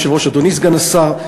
אדוני היושב-ראש, אדוני סגן השר,